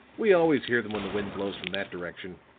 we always hear them when the wind blows from that direction.